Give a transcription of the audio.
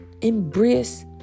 embrace